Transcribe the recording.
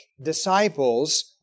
disciples